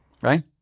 right